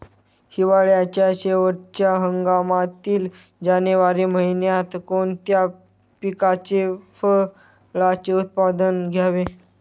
हिवाळ्याच्या शेवटच्या हंगामातील जानेवारी महिन्यात कोणत्या पिकाचे, फळांचे उत्पादन घ्यावे?